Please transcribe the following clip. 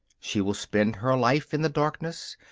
she will spend her life in the darkness,